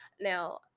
now